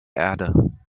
erde